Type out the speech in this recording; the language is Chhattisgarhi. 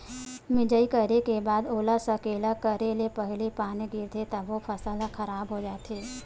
मिजई करे के बाद ओला सकेला करे ले पहिली पानी गिरगे तभो फसल ह खराब हो जाथे